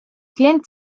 klient